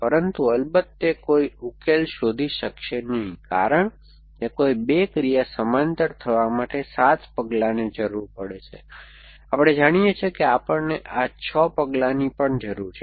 પરંતુ અલબત્ત તે કોઈ ઉકેલ શોધી શકશે નહીં કારણ કે કોઈ 2 ક્રિયા સમાંતર થવા માટે 7 પગલાંની જરૂર પડશે આપણે જાણીએ છીએ કે આપણને આ 6 પગલાંની પણ જરૂર છે